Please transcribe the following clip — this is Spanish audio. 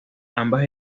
ambas